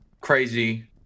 crazy